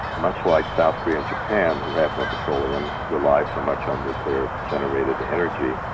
much like south korea and japan, who have no petroleum, rely so much on nuclear generated energy.